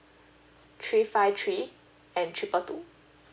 three five three and triple two